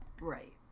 Right